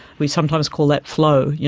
we sometimes call that flow. yeah